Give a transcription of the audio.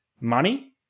money